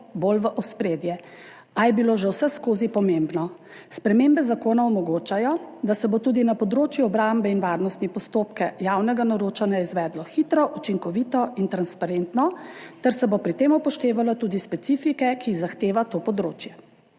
bolj v ospredje, a je bilo že vseskozi pomembno. Spremembe zakona omogočajo, da se bo tudi na področju obrambe in varnosti postopke javnega naročanja izvedlo hitro, učinkovito in transparentno ter se bo pri tem upoštevalo tudi specifike, ki jih zahteva to področje.